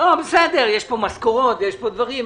יש פה משכורות ויש פה דברים,